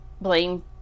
blame